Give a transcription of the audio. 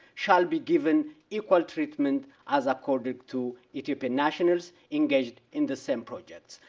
shall be given equal treatment as accorded to ethiopian nationals engaged in the same projects.